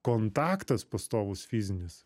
kontaktas pastovus fizinis